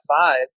five